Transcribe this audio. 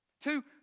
Two